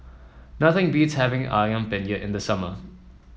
nothing beats having ayam Penyet in the summer